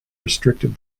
restricted